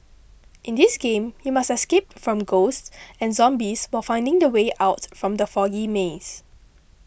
in this game you must escape from ghosts and zombies while finding the way out from the foggy maze